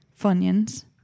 funyuns